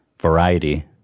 Variety